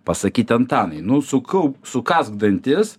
pasakyt antanai nu sukaup sukąsk dantis